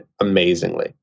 amazingly